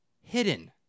hidden